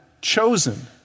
chosen